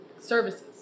Services